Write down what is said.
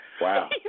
Wow